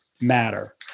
matter